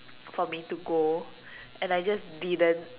for me to go and I just didn't